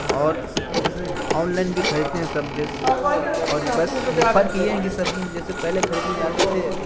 اور online بھی خریدتے ہیں سب جیسے اور بس یہ فرق یہ ہیں کہ سبزی میں جیسے پہلے خریدنے جاتے تھے